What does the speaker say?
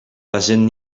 bazin